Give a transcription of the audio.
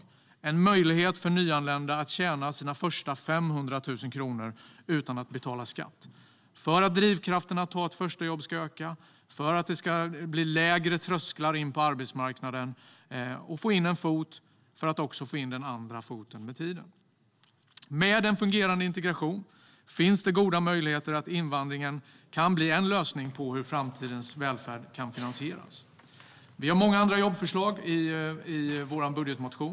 Det ger möjlighet för nyanlända att tjäna sina första 500 000 kronor utan att betala skatt. Detta gör att drivkrafterna att ta ett första jobb ökar, och det ger lägre trösklar in på arbetsmarknaden. När man väl har fått in en fot kan man med tiden få in också den andra. Med en fungerande integration finns det goda möjligheter att invandringen kan bli en lösning på hur framtidens välfärd ska finansieras. Vi har många andra jobbförslag i vår budgetmotion.